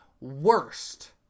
worst